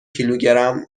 کیلوگرم